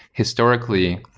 historically,